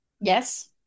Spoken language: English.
Yes